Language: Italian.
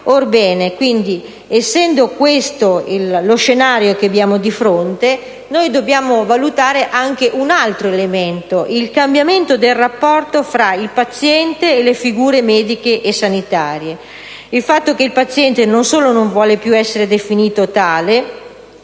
Orbene, essendo questo lo scenario che abbiamo di fronte, dobbiamo valutare anche un altro elemento, ovvero il cambiamento del rapporto fra il paziente e le figure mediche e sanitarie. Non solo il paziente non vuole più essere definito tale,